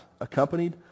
accompanied